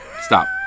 stop